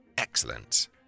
Excellent